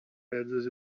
pedras